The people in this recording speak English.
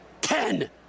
ten